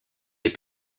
les